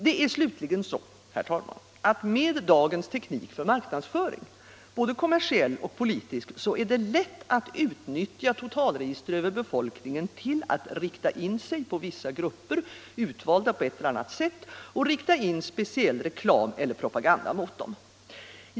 Det är vidare så att med dagens teknik för marknadsföring, både kommersiell och politisk, är det lätt att utnyttja totalregister över befolkningen till att ta ut vissa grupper, utvalda på ett eller annat sätt, och rikta in speciell reklam eller propaganda mot dem.